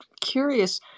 curious